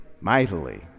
mightily